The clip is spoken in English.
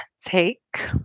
take